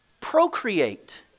procreate